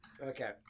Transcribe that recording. Okay